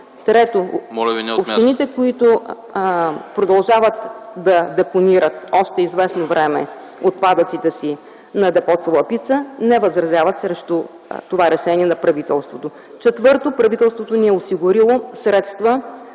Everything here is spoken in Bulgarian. Трето, общините, които продължават да депонират още известно време отпадъците си на депо Цалапица, не възразяват срещу това решение на правителството. Четвърто, правителството ни е осигурило средства